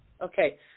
Okay